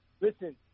Listen